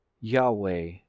Yahweh